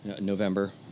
November